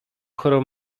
chorą